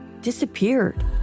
disappeared